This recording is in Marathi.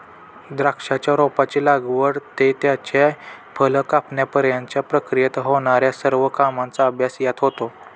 द्राक्षाच्या रोपाची लागवड ते त्याचे फळ कापण्यापर्यंतच्या प्रक्रियेत होणार्या सर्व कामांचा अभ्यास यात होतो